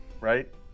right